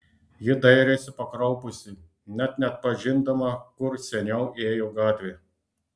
ji dairėsi pakraupusi net neatpažindama kur seniau ėjo gatvė